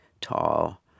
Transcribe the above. tall